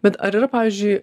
bet ar ir pavyzdžiui